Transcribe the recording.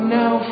now